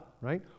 right